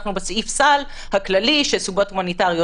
אנחנו בסעיף סל הכללי של סיבות הומניטריות